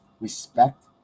respect